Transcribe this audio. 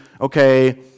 okay